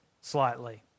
slightly